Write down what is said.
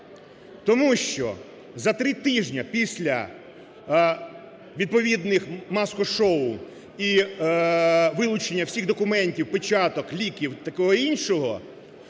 тому що за три тижні після відповідних масок-шоу і вилучення всіх документів, печаток, ліків і такого іншого